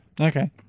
Okay